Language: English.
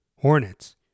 Hornets